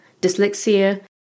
dyslexia